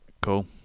cool